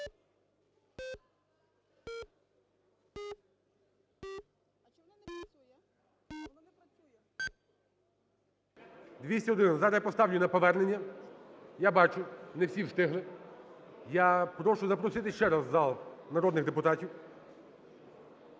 За-211 Зараз я поставлю на повернення. Я бачу, не всі встигли. Я прошу запросити ще раз в зал народних депутатів.